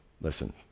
listen